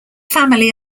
family